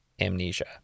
amnesia